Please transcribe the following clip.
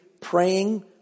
praying